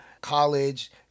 college